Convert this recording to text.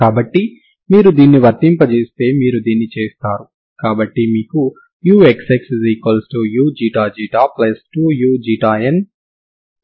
కాబట్టి మీరు దీన్ని వర్తింపజేస్తే మీరు దీన్ని చేస్తారు కాబట్టి మీకు uxx uξξ2uξηuηη లభిస్తుంది